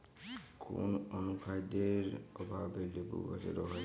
কোন অনুখাদ্যের অভাবে লেবু গাছের রোগ হয়?